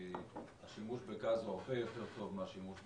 כי השימוש בגז הוא הרבה יותר טוב מהשימוש בפחם,